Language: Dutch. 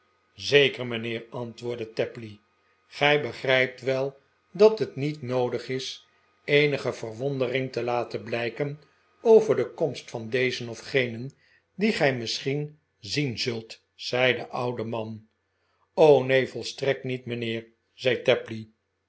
zeker mijnheer antwoordde tapley gij begrijpt wel dat het niet noodig is eenige verwondering te laten blijken over de komst van dezen of genen dien gij misschien zien zult zei de oude man t o neen volstrekt niet mijnheer zei tapley